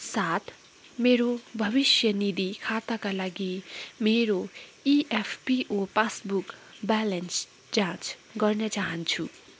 साथ मेरो भविष्य निधि खाताका लागि मेरो इएफपिओ पासबुक ब्यालेन्स जाँच गर्न चाहन्छु